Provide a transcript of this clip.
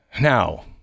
Now